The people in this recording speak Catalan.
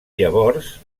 llavors